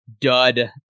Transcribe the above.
dud